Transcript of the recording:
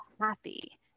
happy